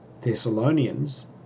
Thessalonians